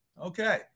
Okay